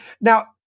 Now